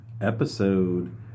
episode